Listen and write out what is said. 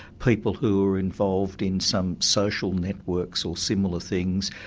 people who are involved in some social networks or similar things,